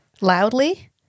Loudly